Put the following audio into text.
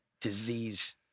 disease